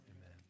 amen